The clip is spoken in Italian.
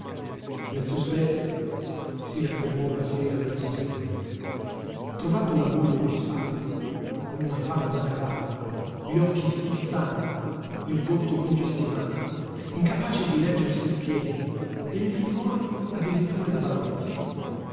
nel sospetto si raffermò la sera del dí seguente trovando la moglie disfatta con un affanno da cavallo gli occhi schizzanti il volto congestionato incapace di reggersi in piedi e le figliuole addirittura imbalordite tutti